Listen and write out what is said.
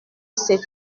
c’est